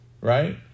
Right